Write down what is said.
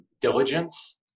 diligence